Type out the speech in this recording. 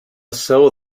saó